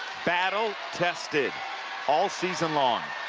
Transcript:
battle tested all season long.